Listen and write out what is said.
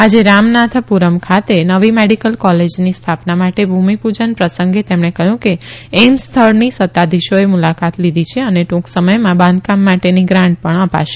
આજે રામનાથાપુરમ ખાતે નવી મેડીકલ કોલેજની સ્થા ના માટે ભુમીપુજન પ્રસંગે તેમણે કહયું કે એઇમ્સ સ્થળની સત્તાધીશોએ મુલાકાત લીધી છે અને ટુંક સમથમાં બાંધકામ માટેની ગ્રાંટ ણ અ ાશે